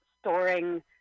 storing